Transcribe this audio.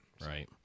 Right